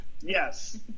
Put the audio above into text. Yes